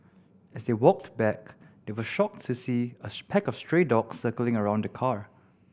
as they walked back they were shocked to see a pack of stray dogs circling around the car